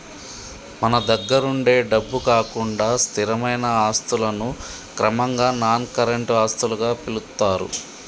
మన దగ్గరుండే డబ్బు కాకుండా స్థిరమైన ఆస్తులను క్రమంగా నాన్ కరెంట్ ఆస్తులుగా పిలుత్తారు